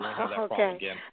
Okay